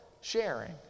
sharing